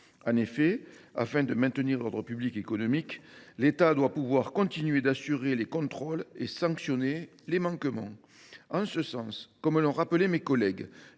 En effet, afin de maintenir l’ordre public économique, l’État doit pouvoir continuer d’assurer les contrôles et de sanctionner les manquements. En ce sens, comme l’ont rappelé mes collègues,